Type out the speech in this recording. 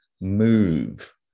move